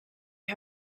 had